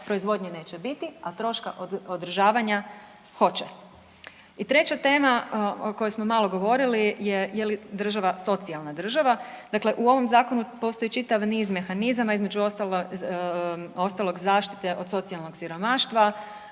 proizvodnje neće biti, a troška održavanja hoće. I treća tema o kojoj smo malo govorili je je li država socijalna država. Dakle, u ovom Zakonu postoji čitav niz mehanizama, između ostalog, zaštite od socijalnog siromaštva,